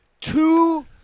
Two